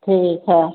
ठीक है